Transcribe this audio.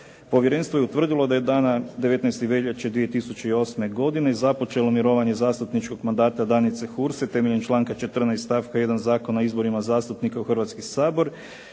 Povjerenstvo je utvrdilo da je dana 19. veljače 2008. godine započelo mirovanje zastupničkog mandata Danice Hurs temeljem članka 14. stavka 1. Zakona o izborima zastupnika u Hrvatski sabor